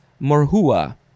Morhua